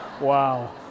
Wow